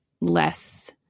less